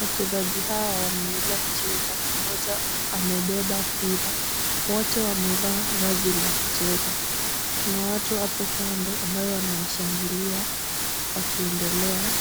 Wachezaji hawa wanaendelea kucheza, mmoja amebeba mpira. Wote wamevaa vazi la kucheza. Kuna watu hapo kando ambayo wanawashangilia wakiendelea